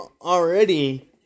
already